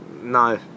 no